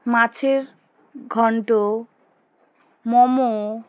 মাছের ঘণ্ট মোমো